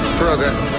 progress